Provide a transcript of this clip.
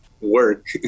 work